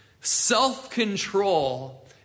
self-control